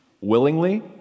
willingly